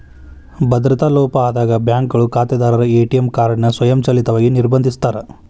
ಭದ್ರತಾ ಲೋಪ ಆದಾಗ ಬ್ಯಾಂಕ್ಗಳು ಖಾತೆದಾರರ ಎ.ಟಿ.ಎಂ ಕಾರ್ಡ್ ನ ಸ್ವಯಂಚಾಲಿತವಾಗಿ ನಿರ್ಬಂಧಿಸಿರ್ತಾರ